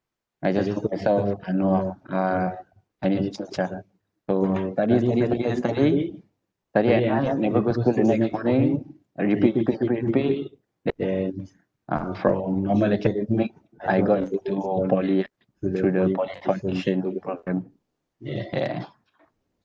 I just told myself and all ah uh ah so study study study study study at night never go school the next morning uh repeat repeat repeat repeat then uh from normal academic I got into poly through the poly foundation program yeah